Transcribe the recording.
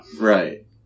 Right